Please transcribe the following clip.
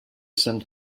sent